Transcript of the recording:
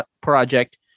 project